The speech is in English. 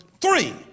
three